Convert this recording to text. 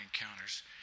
encounters